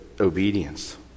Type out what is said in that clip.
obedience